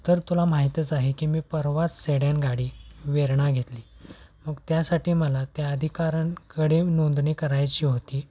तर तुला माहितीच आहे की मी परवाच सेडन गाडी वेरणा घेतली मग त्यासाठी मला त्या अधिकाऱ्यांकडे नोंदणी करायची होती